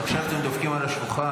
עכשיו אתם דופקים על השולחן,